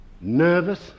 nervous